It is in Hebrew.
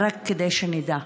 רק כדי שנדע.